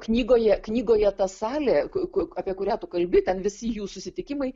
knygoje knygoje ta salė ku apie kurią tu kalbi ten visi jų susitikimai